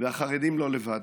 והחרדים לא לבד,